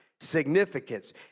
significance